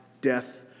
death